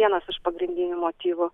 vienas iš pagrindinių motyvų